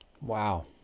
Wow